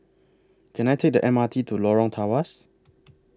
Can I Take The M R T to Lorong Tawas